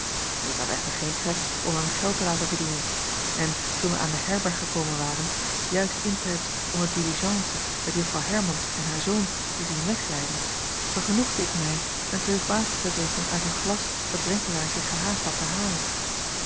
k had echter geen trek om hem geld te laten verdienen en toen wij aan de herberg gekomen waren juist intijds om de diligence met uffrouw ermans en haar zoon te zien wegrijden vergenoegde ik mij een teug water te drinken uit een glas dat renkelaer zich gehaast had te halen